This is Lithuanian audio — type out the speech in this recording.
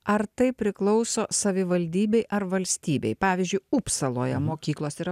ar tai priklauso savivaldybei ar valstybei pavyzdžiui upsaloje mokyklos yra